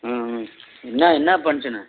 ம்ம் என்ன என்ன ஃபங்க்ஷனு